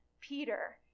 Peter